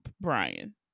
brian